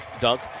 dunk